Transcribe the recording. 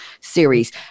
series